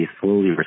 slowly